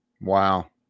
Wow